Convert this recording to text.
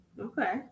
okay